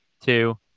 two